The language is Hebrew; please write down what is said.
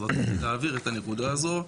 אז רציתי להבהיר את הנקודה הזאת,